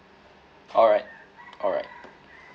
alright alright